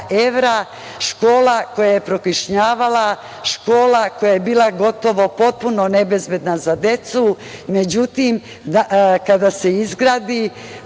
evra. Škola koje je prokišnjavala, škola koja je bila, gotovo potpuno nebezbedna za decu, međutim kada se izgradi